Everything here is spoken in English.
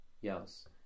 Yes